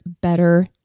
better